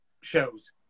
shows